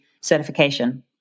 certification